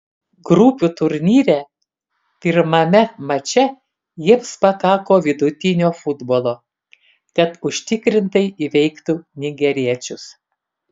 grupių turnyre pirmame mače jiems pakako vidutinio futbolo kad užtikrintai įveiktų nigeriečius